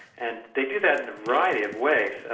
and they do that in a variety of ways,